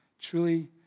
truly